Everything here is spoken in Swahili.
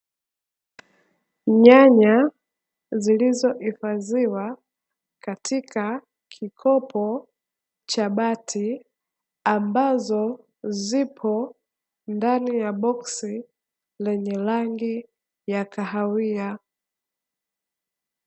Nyanya zilizohifadhiwa katika kikopo cha bati ambazo zipo ndani ya boksi lenye rangi ya kahawia.